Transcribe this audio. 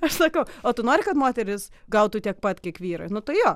aš sakiau o tu nori kad moteris gautų tiek pat kiek vyrai nu tai jo